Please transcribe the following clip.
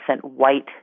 white